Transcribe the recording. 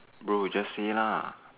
Bro just say lah